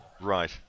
Right